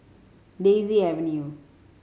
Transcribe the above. Daisy Avenue